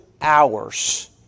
hours